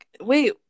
wait